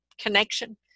connection